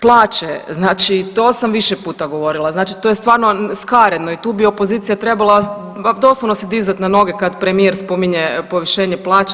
Plaće, znači to sam više puta govorila, znači to je stvarno skaredno i tu bi opozicija trebala doslovno se dizat na noge kad premijer spominje povišenje plaća.